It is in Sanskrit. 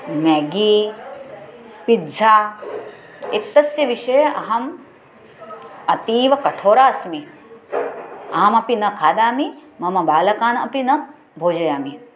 मेगी पिज़्झा इत्यस्य विषये अहम् अतीव कठोरा अस्मि अहमपि न खादामि मम बालकान् अपि न भोजयामि